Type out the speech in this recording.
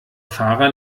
fahrer